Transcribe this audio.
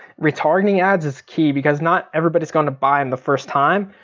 retargeting ads is key. because not everybody's gonna buy in the first time.